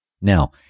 Now